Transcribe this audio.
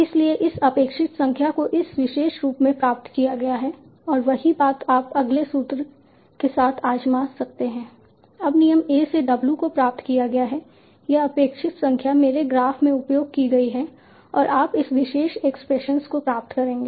इसलिए इस अपेक्षित संख्या को इस विशेष रूप में प्राप्त किया गया है और वही बात आप अगले सूत्र के साथ आजमा सकते हैं जब नियम a से W को प्राप्त किया गया है यह अपेक्षित संख्या मेरे ग्राफ में उपयोग की गई है और आप इस विशेष एक्सप्रेशन को प्राप्त करेंगे